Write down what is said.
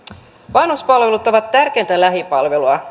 vanhuspalvelut ovat tärkeintä lähipalvelua